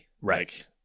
Right